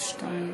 הזה.